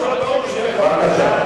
בבקשה.